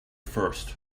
first